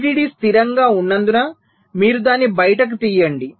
VDD స్థిరంగా ఉన్నందున మీరు దాన్ని బయటకు తీయండి